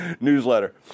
newsletter